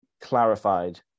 clarified